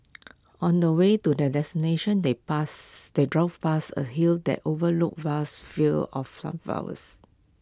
on the way to their destination they past they drove past A hill that overlooked vast fields of sunflowers